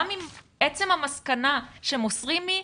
גם אם עצם המסקנה שמוסרים היא: